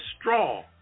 straw